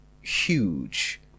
huge